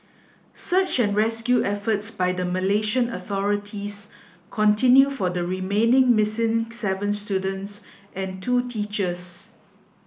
search and rescue efforts by the Malaysian authorities continue for the remaining missing seven students and two teachers